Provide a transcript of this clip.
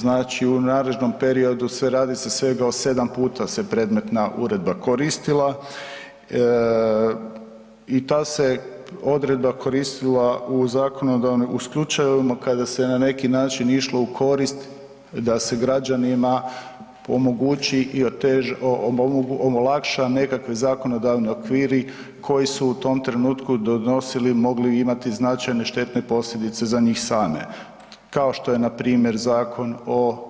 Znači u narednom periodu sve radi se svega od 7 puta se predmetna uredba koristila i ta odredba se koristila u zakonodavnom, u slučajevima kada se na neki način išlo u korist da se građanima omogući i olakša nekakvi zakonodavni okviri koji su u tom trenutku donosili i mogli imati značajne štetne posljedice za njih same, kao što je npr. Zakon o